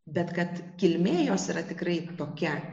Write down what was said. bet kad kilmė jos yra tikrai tokia